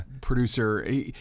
producer